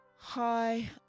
Hi